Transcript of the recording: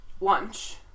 lunch